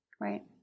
right